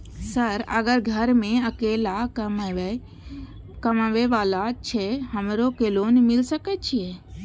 Sir अगर घर में अकेला कमबे वाला छे हमरो के लोन मिल सके छे?